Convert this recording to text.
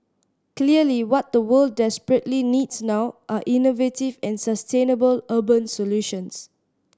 clearly what the world desperately needs now are innovative and sustainable urban solutions